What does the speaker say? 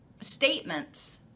statements